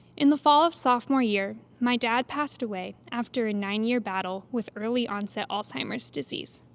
in the fall of sophomore year, my dad passed away after a nine-year battle with early-onset alzheimer's disease.